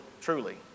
truly